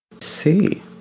See